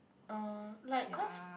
oh like cause